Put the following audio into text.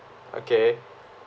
okay